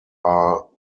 are